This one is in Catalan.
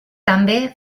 també